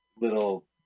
little